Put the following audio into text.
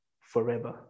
forever